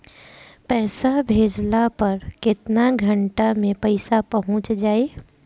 पैसा भेजला पर केतना घंटा मे पैसा चहुंप जाई?